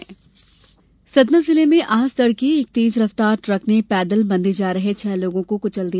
हादसा सतना जिले में आज तड़के एक तेज रफ्तार ट्रक ने पैदल मंदिर जा रहे छह लोगों को कुचल दिया